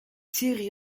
serie